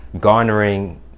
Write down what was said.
garnering